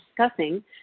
discussing